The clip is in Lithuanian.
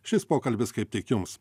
šis pokalbis kaip tik jums